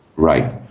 right,